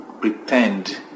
pretend